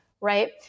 right